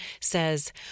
says